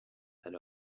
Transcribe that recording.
had